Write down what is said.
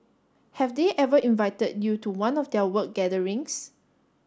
have they ever invited you to one of their work gatherings